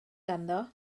ganddo